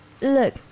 Look